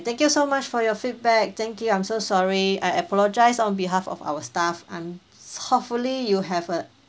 thank you so much for your feedback thank you I'm so sorry I apologise on behalf of our staff I'm hopefully you have a